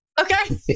Okay